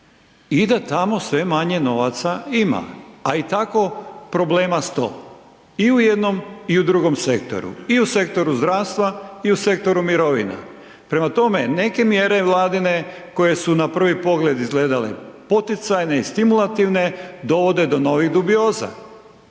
i da tamo sve manje novaca ima. A i tako problema 100 i u jednom i u drugom sektoru. I u sektoru zdravstva i u sektoru mirovina. Prema tome, neke mjere Vladine koje su na prvi pogled izgledale poticajne i stimulativne dovode do novih dubioza.